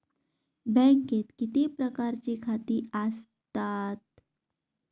बँकेत किती प्रकारची खाती आसतात?